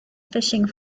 fishing